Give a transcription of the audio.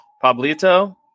Pablito